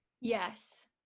Yes